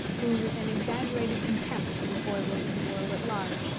who, with an exaggerated contempt for the foibles of the world at large,